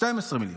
12 מיליון.